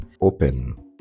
open